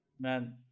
Man